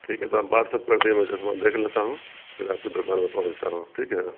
ٹھیک ہے تو آپ واٹسپ کر دیجیے میں چسمہ دیکھ لیتا ہوں پھر آپ کی دکان پہ پہنچتا ہوں ٹھیک ہے